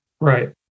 right